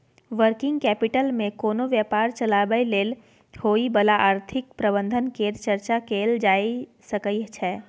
working capital मे कोनो व्यापार चलाबय लेल होइ बला आर्थिक प्रबंधन केर चर्चा कएल जाए सकइ छै